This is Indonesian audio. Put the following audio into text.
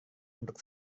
untuk